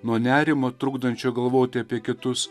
nuo nerimo trukdančio galvoti apie kitus